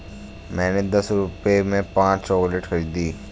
मैंने दस रुपए में पांच चॉकलेट खरीदी